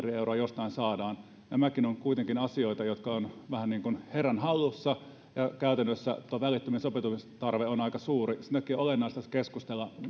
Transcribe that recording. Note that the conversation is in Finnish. euroa jostain saadaan nämäkin ovat kuitenkin asioita jotka ovat vähän niin kuin herran hallussa ja käytännössä tuo välitön sopeutumistarve on aika suuri sen takia on olennaista keskustella